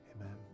amen